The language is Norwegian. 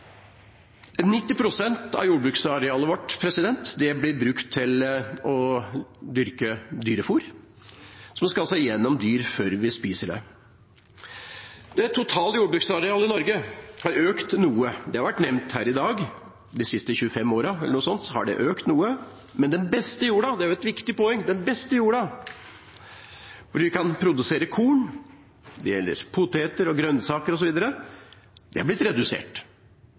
pst. av jordbruksarealet vårt blir brukt til å dyrke dyrefôr, som altså skal gjennom dyr før vi spiser det. Det totale jordbruksarealet i Norge har økt noe. Det har vært nevnt her i dag. De siste 25 årene, eller noe sånt, har det økt noe, men den beste jorda – og det er et viktig poeng – hvor vi kan produsere korn, poteter, grønnsaker osv., har blitt redusert. Det er et viktig poeng. Forklaringen er selvfølgelig at det har blitt